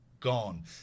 gone